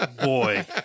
Boy